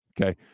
Okay